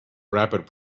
rapid